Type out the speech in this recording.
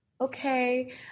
Okay